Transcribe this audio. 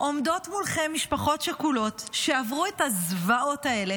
עומדות מולכם משפחות שכולות שעברו את הזוועות האלה